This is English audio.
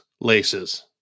laces